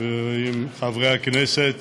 חברי הכנסת,